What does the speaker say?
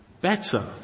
better